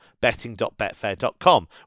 betting.betfair.com